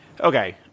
Okay